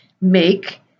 make